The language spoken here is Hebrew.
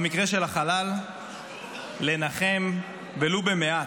במקרה של החלל, לנחם, ולו במעט,